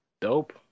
dope